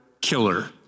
killer